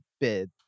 bid